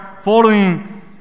following